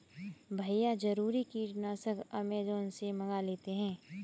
भैया जरूरी कीटनाशक अमेजॉन से मंगा लेते हैं